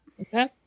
Okay